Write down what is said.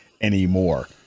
anymore